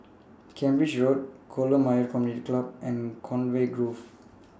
Cambridge Road Kolam Ayer Community Club and Conway Grove